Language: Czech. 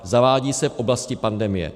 Zavádí se v oblasti pandemie.